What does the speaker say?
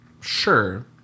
sure